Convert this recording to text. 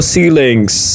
Ceilings